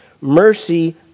mercy